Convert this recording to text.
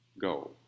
go